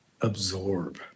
absorb